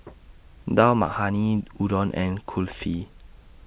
Dal Makhani Udon and Kulfi